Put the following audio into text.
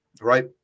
right